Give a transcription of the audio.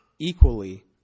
equally